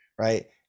Right